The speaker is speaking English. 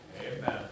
Amen